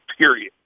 period